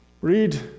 Read